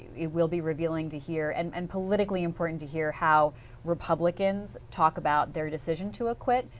it will be revealing to hear and and politically important to hear how republicans talk about their decision to acquit,